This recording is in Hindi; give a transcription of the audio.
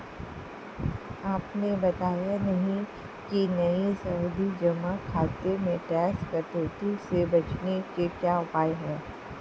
आपने बताया नहीं कि नये सावधि जमा खाते में टैक्स कटौती से बचने के क्या उपाय है?